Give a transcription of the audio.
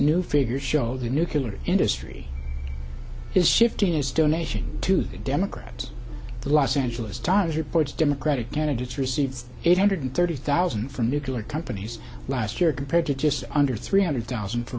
new figures show the nucular industry is shifting its donations to the democrats the los angeles times reports democratic candidates received eight hundred thirty thousand from nucular companies last year compared to just under three hundred thousand for